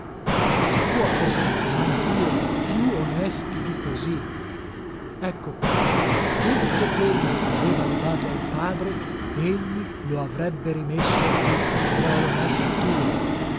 si può essere domando io più onesti di così ecco qua tutto quello che aveva rubato al padre egli lo avrebbe rimesso al figliuolo nascituro